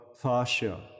fascia